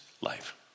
life